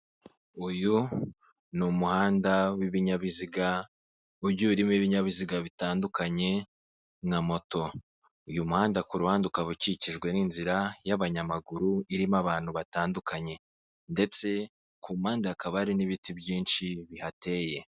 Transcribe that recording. Uyu ni umuhanda w'ibinyabiziga ugiye urimo ibinyabiziga bitandukanye na moto, uyu muhanda kuruhande ukaba ukikijwe n'inzira y'abanyamaguru irimo abantu batandukanye ndetse ku mpande hakaba hari n'ibiti byinshi bihateye.